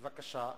בבקשה,